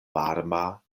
varma